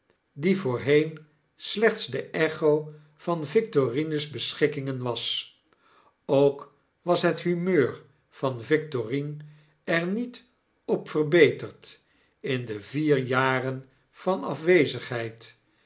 die voorheen slechts de echo van yictorine's beschikkingen was gok was het humeur van victorine er niet op verbeterd in die vier jaren van afwezigheid